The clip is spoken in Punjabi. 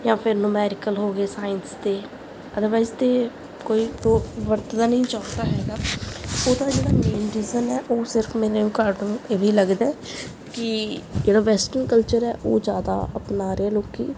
ਜਾਂ ਫਿਰ ਨੁਮੈਰੀਕਲ ਹੋ ਗਏ ਸਾਇੰਸ ਦੇ ਅਦਰਵਾਇਸ ਤਾਂ ਕੋਈ ਓ ਵਰਤਦਾ ਨਹੀਂ ਚਾਹੁੰਦਾ ਹੈਗਾ ਉਹਦਾ ਜਿਹੜਾ ਮੇਨ ਰੀਜਨ ਹੈ ਉਹ ਸਿਰਫ਼ ਮੈਨੂੰ ਇਹ ਵੀ ਲੱਗਦਾ ਕਿ ਜਿਹੜਾ ਵੈਸਟਰਨ ਕਲਚਰ ਹੈ ਉਹ ਜ਼ਿਆਦਾ ਅਪਣਾ ਰਹੇ ਲੋਕ